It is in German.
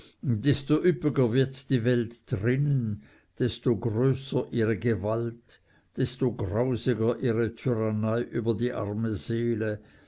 desto üppiger wird die welt drinnen desto größer ihre gewalt desto grausiger ihre tyrannei über die arme seele